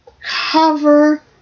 cover